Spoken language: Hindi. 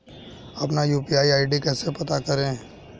अपना यू.पी.आई आई.डी कैसे पता करें?